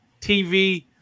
TV